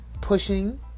pushing